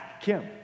Kim